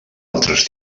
altres